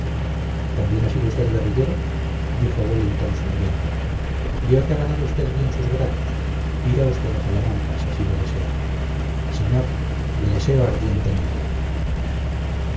también ha sido usted guerrillero dijo wellington sonriendo veo que ha ganado usted bien sus grados irá usted a salamanca si así lo desea señor lo deseo ardientemente